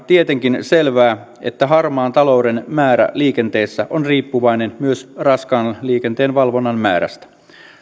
tietenkin selvää että harmaan talouden määrä liikenteessä on riippuvainen myös raskaan liikenteen valvonnan määrästä